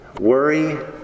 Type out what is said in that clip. worry